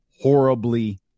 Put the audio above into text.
horribly